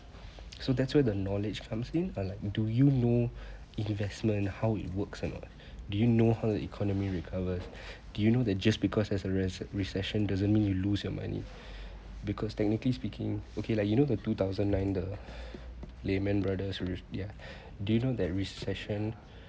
so that's where the knowledge comes in uh like do you know investment how it works or not do you know how the economy recovers do you know that just because there's a recess~ recession doesn't mean you lose your money because technically speaking okay like you know the two thousand nine the lehman brothers re~ ya do you know that recession